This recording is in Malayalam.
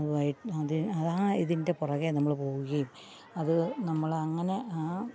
അതുമായി അത് ആ ഇതിന്റെ പുറകെ നമ്മൾ പോവുകേം അത് നമ്മൾ അങ്ങനെ ആ